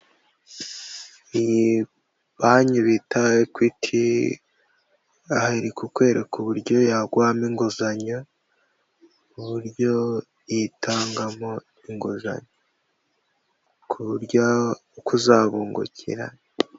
Ni banki bita Equity, aha iri kukwereka uburyo yaguhamo inguzanyo, uburyo iyitangamo inguzanyo ku buryo kuzabungukira.